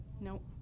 Nope